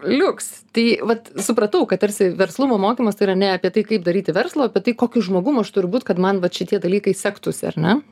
liuks tai vat supratau kad tarsi verslumo mokymas tai yra ne apie tai kaip daryti verslą o apie tai kokiu žmogum aš turiu būt kad man vat šitie dalykai sektųsi ar ne